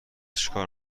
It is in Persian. چیکار